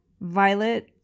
Violet